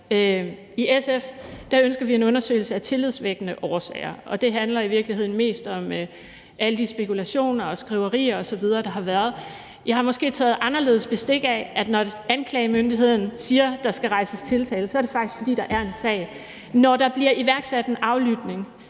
I SF ønsker vi en undersøgelse af tillidsvækkende årsager, og det handler i virkeligheden mest om alle de spekulationer og skriverier osv., der har været. Jeg har måske taget anderledes bestik af det, i forhold til at det, når anklagemyndigheden siger, der skal rejses tiltale, så faktisk er, fordi der er en sag. Når der bliver iværksat en aflytning,